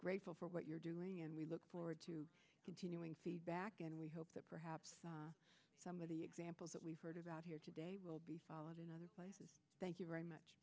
grateful for what you're doing and we look forward to continuing back and we hope that perhaps some of the examples that we've heard about here today will be followed in other places thank you very much